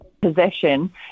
possession